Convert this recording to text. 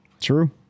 True